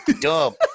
Dumb